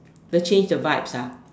the change the vibes ah